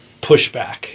pushback